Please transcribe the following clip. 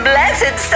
Blessed